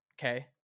okay